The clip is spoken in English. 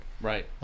Right